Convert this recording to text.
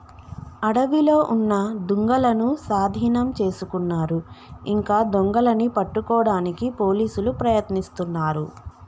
అడవిలో ఉన్న దుంగలనూ సాధీనం చేసుకున్నారు ఇంకా దొంగలని పట్టుకోడానికి పోలీసులు ప్రయత్నిస్తున్నారు